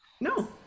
No